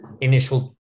initial